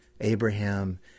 Abraham